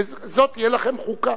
וזאת תהיה לכם חוקה.